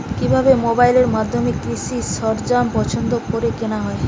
কিভাবে মোবাইলের মাধ্যমে কৃষি সরঞ্জাম পছন্দ করে কেনা হয়?